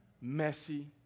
messy